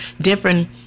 different